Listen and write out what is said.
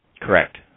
Correct